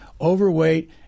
overweight